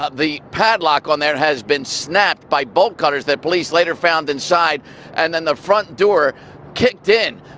ah the padlock on there has been snapped by bolt cutters that police later found inside and then the front door kicked in.